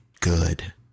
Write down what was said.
Good